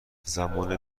زمان